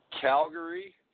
Calgary